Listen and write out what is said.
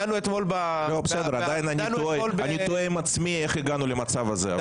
אני תוהה עם עצמי איך הגענו למצב הזה.